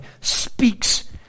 speaks